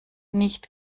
nicht